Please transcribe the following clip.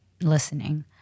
listening